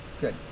good